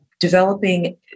Developing